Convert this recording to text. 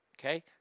okay